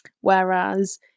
Whereas